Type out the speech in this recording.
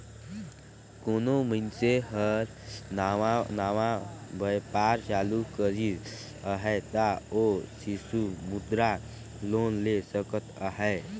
कोनो मइनसे हर नावा नावा बयपार चालू करिस अहे ता ओ सिसु मुद्रा लोन ले सकत अहे